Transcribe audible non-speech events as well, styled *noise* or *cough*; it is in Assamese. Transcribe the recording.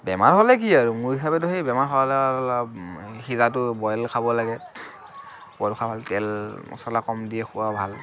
বেমাৰ হ'লে কি আৰু মোৰ হিচাপেতো সেই বেমাৰ *unintelligible* সিজাটো বইল খাব লাগে *unintelligible* তেল মছলা কম দি খোৱা ভাল